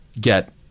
get